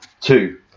two